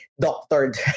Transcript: Doctored